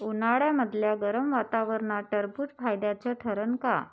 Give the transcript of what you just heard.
उन्हाळ्यामदल्या गरम वातावरनात टरबुज फायद्याचं ठरन का?